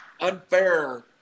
unfair